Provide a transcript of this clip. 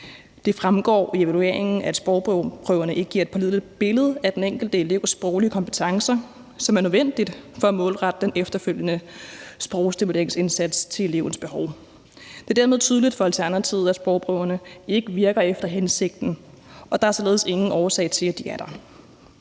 Det fremgår i evalueringen, at sprogprøverne ikke giver et pålideligt billede af den enkelte elevs sproglige kompetencer, som er nødvendig for at målrette den efterfølgende sprogstimuleringsindsats til elevens behov. Det er dermed tydelig for Alternativet, at sprogprøverne ikke virker efter hensigten, og der er således ingen årsag til, at de er der.